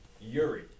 Yuri